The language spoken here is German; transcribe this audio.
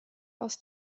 aus